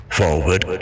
forward